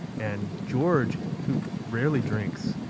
and george, who rarely drinks,